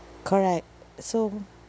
correct so